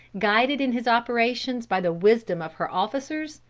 guided in his operations by the wisdom of her officers,